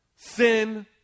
Sin